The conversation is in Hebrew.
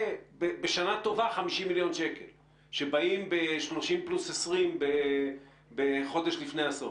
בשנה טובה זה 50 מיליון שקלים שבאים ב-30 פלוס 20 חודש לפני הסוף.